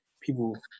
people